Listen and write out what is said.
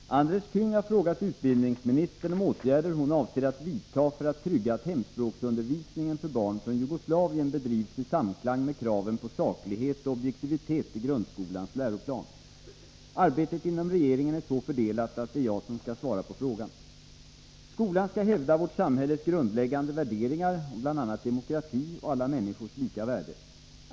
Herr talman! Andres Käng har frågat utbildningsministern om åtgärder hon avser att vidta för att trygga att hemspråksundervisningen för barn från Jugoslavien bedrivs i samklang med kraven på saklighet och objektivitet i grundskolans läroplan. Arbetet inom regeringen är så fördelat att det är jag som skall svara på frågan. Skolan skall hävda vårt samhälles grundläggande värderingar om bl.a. demokrati och alla människors lika värde.